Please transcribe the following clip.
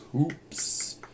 Oops